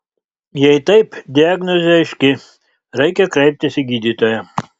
jei taip diagnozė aiški reikia kreiptis į gydytoją